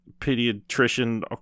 pediatrician